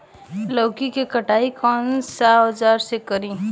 लौकी के कटाई कौन सा औजार से करी?